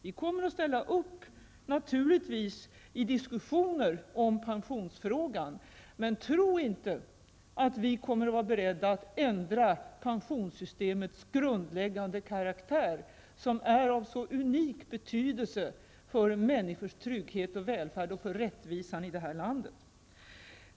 Vi kommer naturligtvis att ställa upp i diskussioner om pensionsfrågan. Men tro inte att vi kommer att vara beredda att ändra pensionssystemets grundläggande karaktär, som är av så unik betydelse för människors trygghet och välfärd och för rättvisan i det här landet.